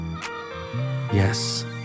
Yes